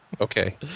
Okay